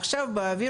יש עכשיו באוויר,